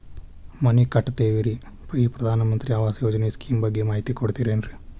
ಮನಿ ಕಟ್ಟಕತೇವಿ ರಿ ಈ ಪ್ರಧಾನ ಮಂತ್ರಿ ಆವಾಸ್ ಯೋಜನೆ ಸ್ಕೇಮ್ ಬಗ್ಗೆ ಮಾಹಿತಿ ಕೊಡ್ತೇರೆನ್ರಿ?